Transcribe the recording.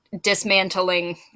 dismantling